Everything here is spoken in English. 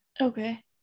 Okay